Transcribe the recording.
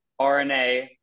RNA